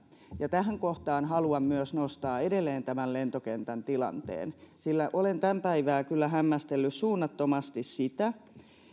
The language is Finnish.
ja tähän kohtaan haluan myös nostaa edelleen tämän lentokentän tilanteen sillä olen tämän päivää kyllä hämmästellyt suunnattomasti